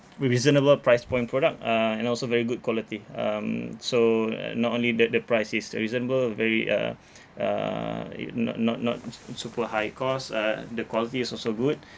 with reasonable price point product uh and also very good quality um so uh not only the the price is reasonable very uh uh i~ not not not s~ super high cost uh the quality is also good